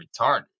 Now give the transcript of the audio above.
retarded